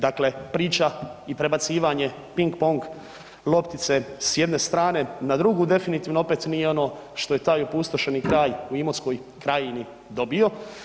Dakle, priča i prebacivanje ping pong loptice s jedne strane na drugu definitivno opet nije ono što je taj opustošeni kraj u Imotskoj krajini dobio.